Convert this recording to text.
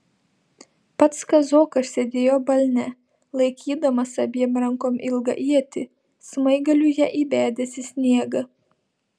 pats kazokas sėdėjo balne laikydamas abiem rankom ilgą ietį smaigaliu ją įbedęs į sniegą